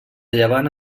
llevant